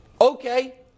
Okay